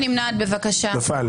נפל.